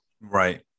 Right